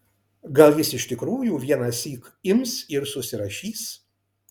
gal jis iš tikrųjų vienąsyk ims ir susirašys